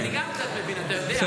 אבל גם אני קצת מבין, אתה יודע.